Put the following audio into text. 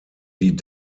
die